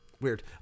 Weird